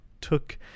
took